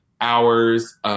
hours